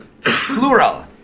Plural